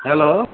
hello